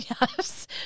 Yes